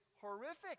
horrific